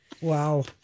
Wow